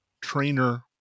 trainer